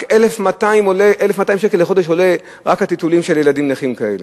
1,200 שקלים בחודש עולים רק הטיטולים של ילדים נכים כאלה.